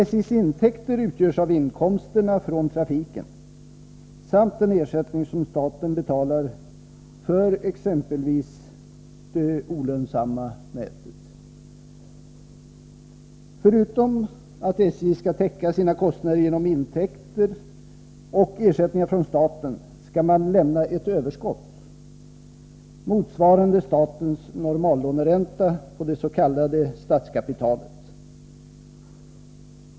SJ:s intäkter utgörs av inkomsterna från trafiken samt den ersättning som staten betalar för exempelvis det Förutom att SJ skall täcka sina kostnader genom intäkter och ersättningar från staten skall man lämna ett ”överskott” motsvarande statens normallåneränta på det s.k. statskapitalet.